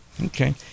Okay